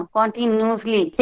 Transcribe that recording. Continuously